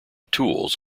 tools